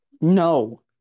No